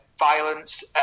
violence